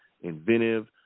inventive